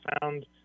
found